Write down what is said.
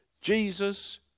Jesus